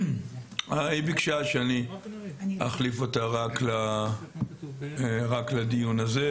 היא ביקשה שאני אחליף אותה רק לדיון הזה,